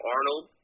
Arnold